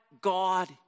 God